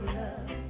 love